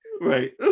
Right